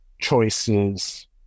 choices